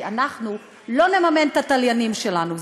כי אנחנו לא נממן את התליינים שלנו,